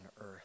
earth